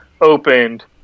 opened